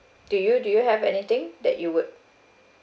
do you do you have anything that you would